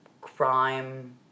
crime